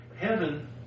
heaven